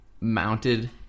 mounted